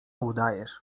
udajesz